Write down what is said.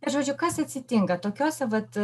žodžiu kas atsitinka tokiose vat